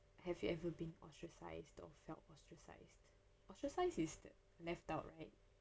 have you ever been ostracised or felt ostracised ostracise is the left out right